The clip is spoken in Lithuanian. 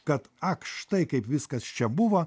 kad ak štai kaip viskas čia buvo